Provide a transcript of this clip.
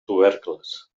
tubercles